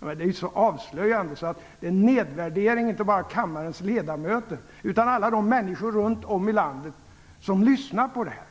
Det är så avslöjande så det är en nedvärdering av kammarens ledamöter, av alla de människor runt om i landet som lyssnar på detta.